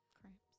Cramps